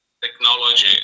technology